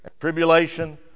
Tribulation